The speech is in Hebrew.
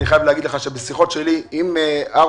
אני חייב להגיד לך שבשיחות שלי עם אהרונסון